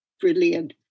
brilliant